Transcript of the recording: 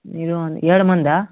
మీరు ఏడుమందా